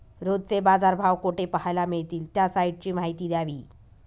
रोजचे बाजारभाव कोठे पहायला मिळतील? त्या साईटची माहिती द्यावी